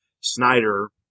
Snyder